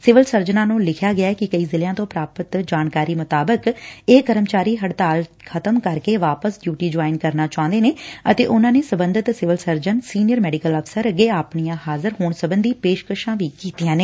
civil ਸਰਜਨਾ ਨੂੰ ਲਿਖਿਐ ਕਿ ਕਈ ਜ਼ਿਲ੍ਸਿਆ ਤੋ ਪ੍ਰਾਪਤ ਜਾਣਕਾਰੀ ਅਨੁਸਾਰ ਇਹ ਕਰਮਚਾਰੀ ਹੜਤਾਲ ਖ਼ਤਮ ਕਰਕੇ ਵਾਪਸ ਡਿਉਟੀ ਜੁਆਇਨ ਕਰਨਾ ਚਾਹੁੰਦੇ ਨੇ ਅਤੇ ਉਨੂਾ ਨੇ ਸਬੰਧਤ ਸਿਵਲ ਸਰਜਨ ਸੀਨੀਅਰ ਮੈਡੀਕਲ ਅਫ਼ਸਰ ਅੱਗੇ ਆਪਣੀਆਂ ਹਾਜ਼ਰ ਹੋਣ ਸਬੰਧੀ ਪੇਸ਼ਕਸ਼ਾਂ ਵੀ ਕੀਤੀਆਂ ਨੇ